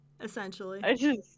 Essentially